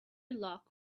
lock